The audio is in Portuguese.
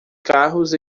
carros